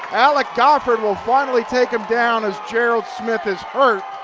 alec goffard will finally take him down as gerald smith is hurt.